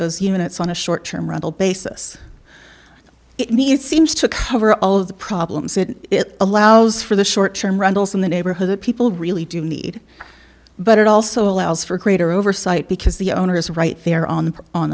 those units on a short term rental basis it needs seems to cover all of the problems that it allows for the short term rentals in the neighborhood that people really do need but it also allows for greater oversight because the owner is right there on the on